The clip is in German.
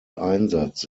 einsatz